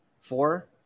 Four